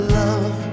love